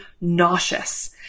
nauseous